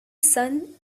sun